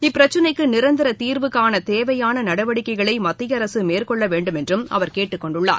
இப்பிரச்சினைக்கு நிரந்தர தீர்வு காண தேவையான நடவடிக்கைகளை மத்திய அரசு மேற்கொள்ள வேண்டும் என்றும் அவர் கேட்டுக்கொண்டுள்ளார்